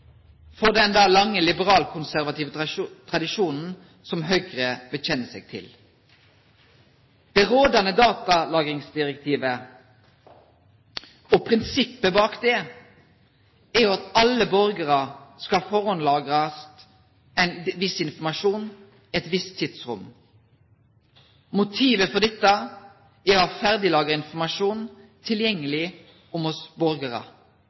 i den lange liberalkonservative tradisjonen som Høyre bekjenner seg til. Det rådende prinsippet i datalagringsdirektivet er at all trafikkinformasjon fra alle borgere skal forhåndslagres i et visst tidsrom. Motivet for dette er å ha ferdiglagret informasjon tilgjengelig om oss borgere